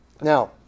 Now